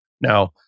Now